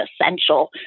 essential